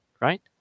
right